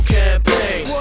campaign